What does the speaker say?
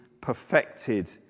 perfected